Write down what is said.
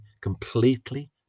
completely